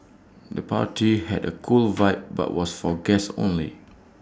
the party had A cool vibe but was for guests only